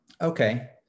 okay